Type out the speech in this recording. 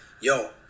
Yo